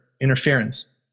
interference